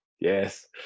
yes